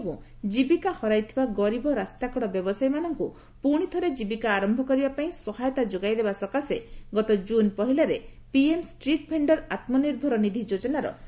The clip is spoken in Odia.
କୋଭିଡ ନାଇଷ୍ଟିନ୍ ଯୋଗୁଁ ଜୀବିକା ହରାଇଥିବା ଗରିବ ରାସ୍ତାକଡ଼ ବ୍ୟବସାୟୀମାନଙ୍କୁ ପୁଣିଥରେ ଜୀବିକା ଆରମ୍ଭ କରିବା ପାଇଁ ସହାୟତା ଯୋଗାଇଦେବା ସକାଶେ ଗତ ଜୁନ୍ ପହିଲାରେ PM street vendor Atmanirbhar Nidhi ଯୋଜନାର ଶୁଭାରମ୍ଭ ହୋଇଥିଲା